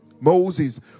Moses